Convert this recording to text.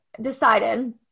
decided